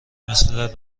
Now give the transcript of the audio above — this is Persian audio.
مثل